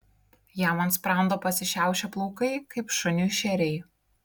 jam ant sprando pasišiaušė plaukai kaip šuniui šeriai